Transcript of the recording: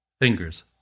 fingers